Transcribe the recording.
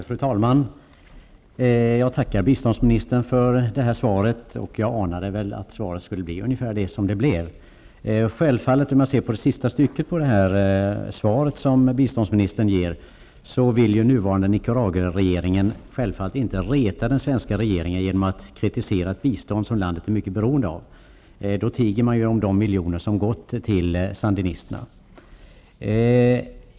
Fru talman! Jag tackar biståndsministern för svaret. Jag anade att svaret skulle bli så som det blev. När det gäller det sista stycket i biståndsministerns svar vill jag framhålla att den nuvarande Nicaraguaregeringen självfallet inte vill reta den svenska regeringen genom att kritisera ett bistånd som landet är mycket beroende av. Då tiger man om de miljoner som har gått till sandinisterna.